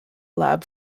lab